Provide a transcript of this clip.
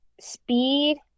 speed